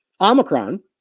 Omicron